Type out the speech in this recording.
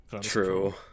True